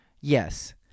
Yes